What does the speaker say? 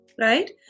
right